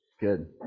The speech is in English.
Good